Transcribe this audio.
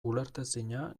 ulertezina